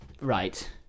right